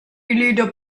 leader